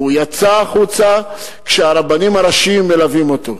והוא יצא החוצה כשהרבנים הראשיים מלווים אותו.